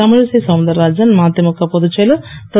தமிழிசை சவுந்தர்ராஜன் மதிமுக பொதுச்செயலர் திரு